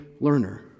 learner